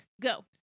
Go